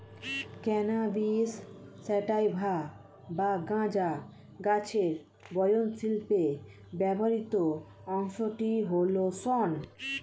cannabis sativa বা গাঁজা গাছের বয়ন শিল্পে ব্যবহৃত অংশটি হল শন